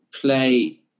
play